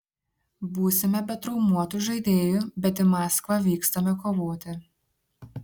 būsime be traumuotų žaidėjų bet į maskvą vykstame kovoti